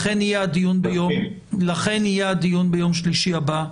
לכן יהיה הדיון ביום שלישי הבא.